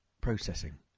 Processing